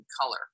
color